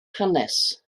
hanes